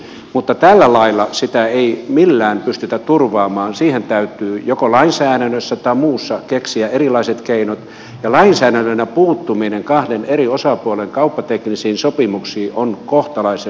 mutta tällä lailla sitä ei millään pystytä turvaamaan siihen täytyy joko lainsäädännössä tai muussa keksiä erilaiset keinot ja lainsäädännöllä puuttuminen kahden eri osapuolen kauppateknisiin sopimuksiin on kohtalaisen vaikea kysymys